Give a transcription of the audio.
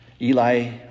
Eli